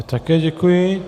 Také děkuji.